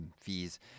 fees